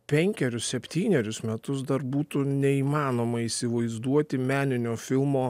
penkerius septynerius metus dar būtų neįmanoma įsivaizduoti meninio filmo